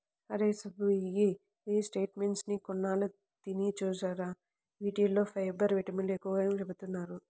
అరేయ్ సుబ్బు, ఈ చెస్ట్నట్స్ ని కొన్నాళ్ళు తిని చూడురా, యీటిల్లో ఫైబర్, విటమిన్లు ఎక్కువని చెబుతున్నారు